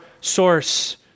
source